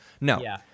No